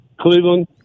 Cleveland